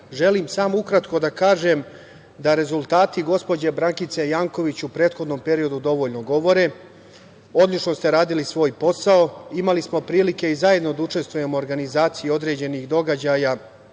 želim samo ukratko da kažem da rezultati gospođe Brankice Janković u prethodnom periodu dovoljno govore. Odlično ste radili svoj posao. Imali smo prilike i zajedno da učestvujemo u organizaciji određenih bitnih događaja